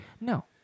No